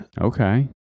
Okay